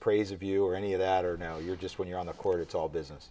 praise of you or any of that or now you're just when you're on the court it's all business